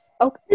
Okay